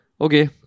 okay